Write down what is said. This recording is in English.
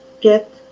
get